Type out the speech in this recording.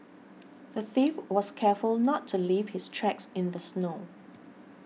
the thief was careful not to leave his tracks in the snow